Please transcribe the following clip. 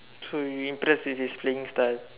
so you impressed with his playing style